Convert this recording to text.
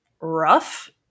rough